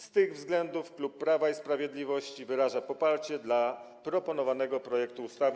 Z tych względów klub Prawa i Sprawiedliwości wyraża poparcie dla proponowanego projektu ustawy.